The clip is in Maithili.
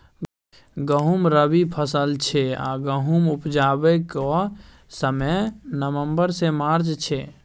गहुँम रबी फसल छै आ गहुम उपजेबाक समय नबंबर सँ मार्च छै